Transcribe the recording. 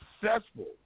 successful